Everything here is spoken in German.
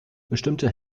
bestimmte